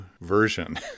version